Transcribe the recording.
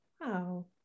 wow